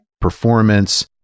performance